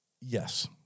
Yes